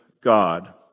God